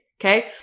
Okay